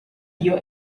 your